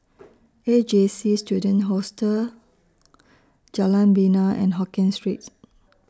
A J C Student Hostel Jalan Bena and Hokkien Street